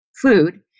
food